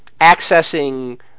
accessing